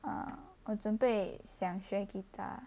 uh 我准备想学 guitar